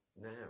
now